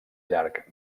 llarg